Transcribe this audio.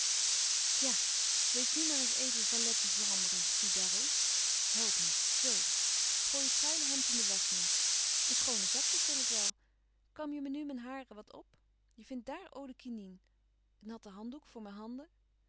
ja wees nu maar eens even valet de chambre figaro help me zoo gooi het vuile hemd in de waschmand een schoonen zakdoek wil ik wel kam je me nu mijn haren wat op je vindt dààr eau de quinine een natte handdoek voor mijn handen